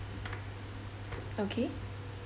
okay